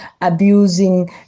abusing